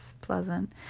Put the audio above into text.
pleasant